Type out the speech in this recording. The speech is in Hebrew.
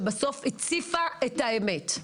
שבסוף הציפה את האמת.